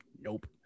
nope